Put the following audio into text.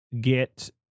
get